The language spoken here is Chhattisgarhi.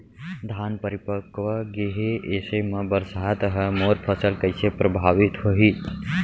धान परिपक्व गेहे ऐसे म बरसात ह मोर फसल कइसे प्रभावित होही?